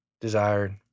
desired